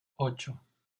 ocho